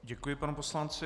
Děkuji panu poslanci.